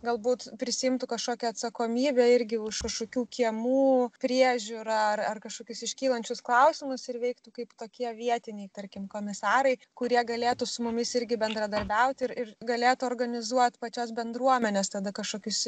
galbūt prisiimtų kažkokią atsakomybę irgi už kažkokių kiemų priežiūrą ar ar kažkokius iškylančius klausimus ir veiktų kaip tokie vietiniai tarkim komisarai kurie galėtų su mumis irgi bendradarbiauti ir galėtų organizuot pačios bendruomenės tada kažkokius